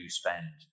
spend